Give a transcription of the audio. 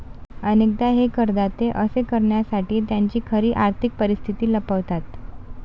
अनेकदा हे करदाते असे करण्यासाठी त्यांची खरी आर्थिक परिस्थिती लपवतात